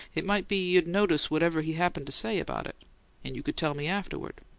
it might be you'd notice whatever he'd happen to say about it and you could tell me afterward.